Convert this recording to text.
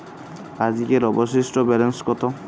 আজকের অবশিষ্ট ব্যালেন্স কত?